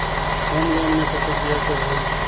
Home loan मे कतेक ब्याज दर होही?